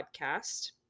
podcast